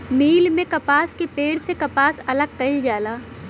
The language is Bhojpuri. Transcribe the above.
मिल में कपास के पेड़ से कपास अलग कईल जाला